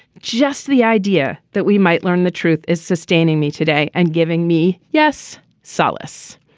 just the idea that we might learn the truth is sustaining me today and giving me yes solace.